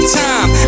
time